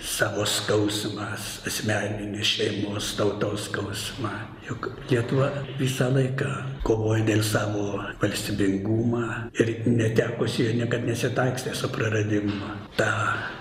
savo skausmą s asmeninį šeimos tautos skausmą juk lietuva visą laiką kovojo dėl savo valstybingumą ir netekusi jo niekad nesitaikstė su praradimu ta